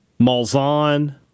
Malzahn